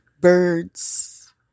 birds